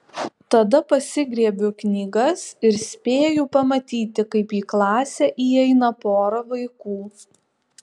tada pasigriebiu knygas ir spėju pamatyti kaip į klasę įeina pora vaikų